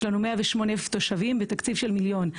יש לנו 108,000 תושבים ותקציב של מיליון.